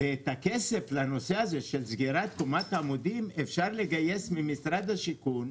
ואת הכסף לנושא הזה של סגירת קומת העמודים אפשר לגייס ממשרד השיכון,